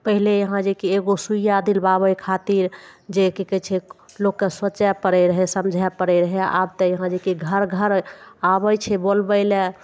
पहिले यहाँ जे कि एगो सूइया दिलबाबय खातिर जे कि कहय छै लोकके सोचय पड़य रहय समझय पड़य रहय आब तऽ जे कि घर घर आबय छै बोलबय लए